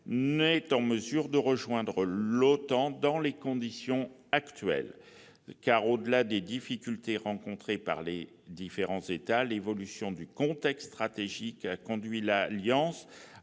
ne sont en mesure de rejoindre l'OTAN dans les conditions actuelles. En effet, au-delà des difficultés que vivent ces différents États, l'évolution du contexte stratégique a conduit l'Alliance